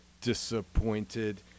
disappointed